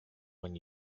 when